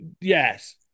Yes